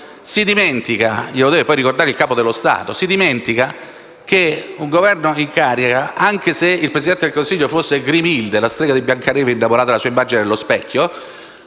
si dimentica - glielo deve poi ricordare il Capo dello Stato - che un Governo in carica, anche se il Presidente del Consiglio fosse Grimilde, la strega di Biancaneve innamorata della propria immagine allo specchio,